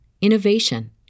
innovation